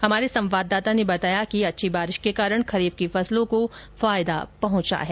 हमारे संवाददाता ने बताया कि अच्छी बारिश के कारण खरीफ की फसलों को फायदा पहुंचा है